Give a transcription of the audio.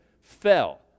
fell